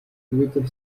with